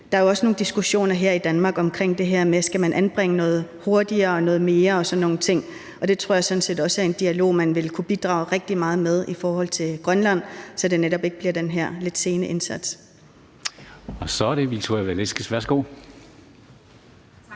Der er jo også nogle diskussioner her i Danmark omkring det her med, om man skal anbringe noget hurtigere og noget mere og sådan nogle ting, og det tror jeg sådan set er en dialog, man også ville kunne bidrage rigtig meget med i forhold til Grønland, så det netop ikke bliver den her lidt sene indsats. Kl. 19:51 Formanden (Henrik